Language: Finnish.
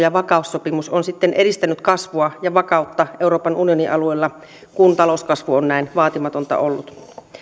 ja vakaussopimus on sitten edistänyt kasvua ja vakautta euroopan unionin alueella kun talouskasvu on näin vaatimatonta ollut